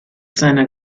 seiner